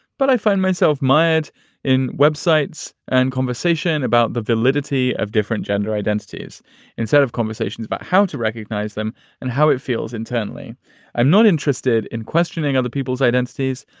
but i find myself mired in web sites and conversation about the validity of different gender identities instead of conversations about how to recognize them and how it feels internally i'm not interested in questioning other people's identities.